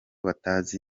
batazi